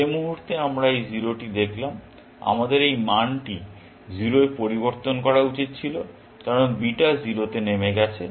যে মুহুর্তে আমরা এই 0 টি দেখলাম আমাদের এই মানটি 0 এ পরিবর্তন করা উচিত ছিল কারণ বিটা 0 তে নেমে গেছে